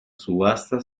subasta